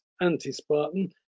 anti-Spartan